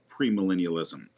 premillennialism